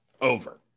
over